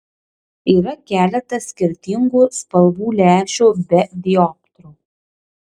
yra keletas skirtingų spalvų lęšių be dioptrų